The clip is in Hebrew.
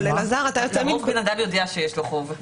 כל בן אדם יודע שיש לו חוב.